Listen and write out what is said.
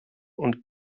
und